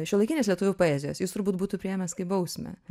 šiuolaikinės lietuvių poezijos jis turbūt būtų priėmęs kaip bausmę